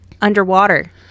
Underwater